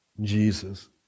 Jesus